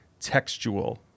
textual